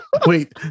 Wait